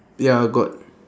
ya got